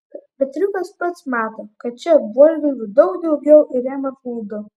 petriukas pats mato kad čia buožgalvių daug daugiau ir jam apmaudu